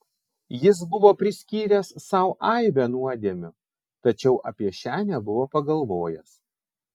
jis buvo priskyręs sau aibę nuodėmių tačiau apie šią nebuvo pagalvojęs